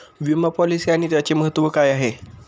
विमा पॉलिसी आणि त्याचे महत्व काय आहे?